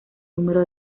número